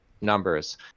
numbers